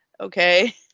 Okay